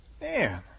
Man